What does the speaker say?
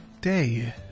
day